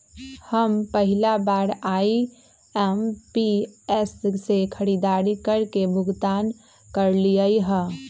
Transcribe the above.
हम पहिला बार आई.एम.पी.एस से खरीदारी करके भुगतान करलिअई ह